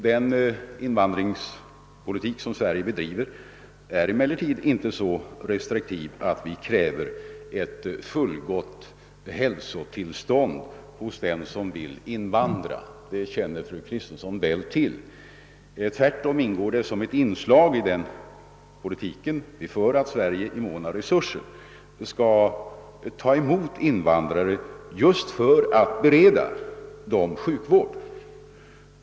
Den invandringspolitik som Sverige bedriver är emellertid inte så restriktiv att vi kräver ett fullgott hälsotillstånd hos den som vill invandra — det känner fru Kristensson väl till. Tvärtom ingår det som ett inslag i den politik vi för att Sverige i mån av resurser skall ta emot invandrare just för att bereda dem sjukvård.